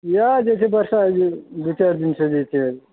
इएह जे छै से डाक्टर साहेब दू चारि दिनसे छै